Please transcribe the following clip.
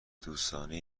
دوستانه